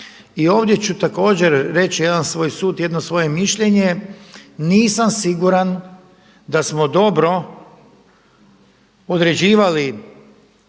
I ovdje ću također reći jedan svoj sud, jedno svoje mišljenje nisam siguran da smo dobro određivali